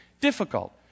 difficult